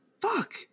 Fuck